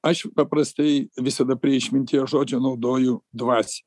aš paprastai visada prie išminties žodžio naudoju dvasinė